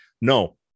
No